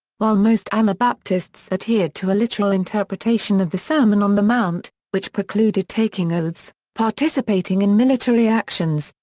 while most anabaptists adhered to a literal interpretation of the sermon on the mount, which precluded taking oaths, participating in military actions,